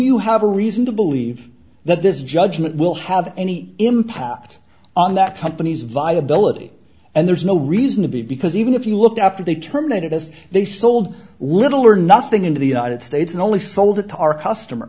you have a reason to believe that this judgment will have any impact on that company's viability and there's no reason to be because even if you looked up that they terminated us they sold little or nothing into the united states and only sold it to our customers